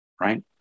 Right